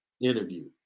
interview